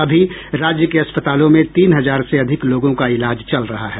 अभी राज्य के अस्पतालों में तीन हजार से अधिक लोगों का इलाज चल रहा है